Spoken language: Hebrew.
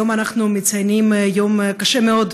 היום אנחנו מציינים יום קשה מאוד,